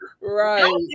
right